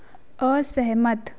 असहमत